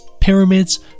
pyramids